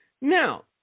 Now